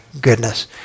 goodness